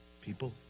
people